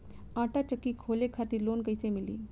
आटा चक्की खोले खातिर लोन कैसे मिली?